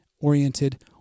oriented